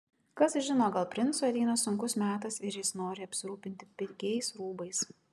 kas žino gal princui ateina sunkus metas ir jis nori apsirūpinti pigiais rūbais